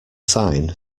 sign